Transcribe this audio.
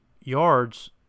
yards